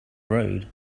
road